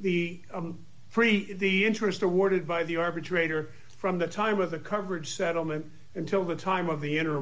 the interest awarded by the arbitrator from the time of the coverage settlement until the time of the inter